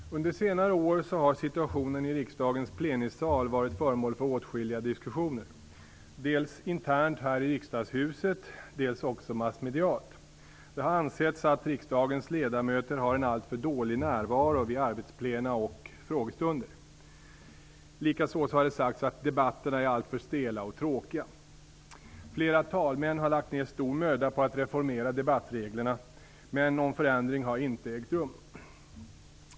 Fru talman! Under senare år har situationen i riksdagens plenisal varit föremål för åtskilliga diskussioner, dels internt här i riksdagshuset, dels också massmedialt. Det har ansetts att riksdagens ledamöter har en alltför dålig närvaro vid arbetsplena och frågestunder. Likaså har det sagts att debatterna är alltför stela och tråkiga. Flera talmän har lagt ned stor möda på att reformera debattreglerna. Men någon förändring har inte ägt rum.